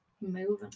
moving